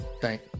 Thank